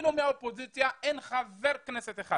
אפילו מהאופוזיציה אין חבר כנסת אחד